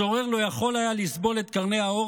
הצורר לא יכול היה לסבול את קרני האור